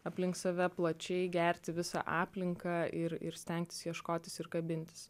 aplink save plačiai gerti visą aplinką ir ir stengtis ieškotis ir kabintis